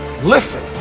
Listen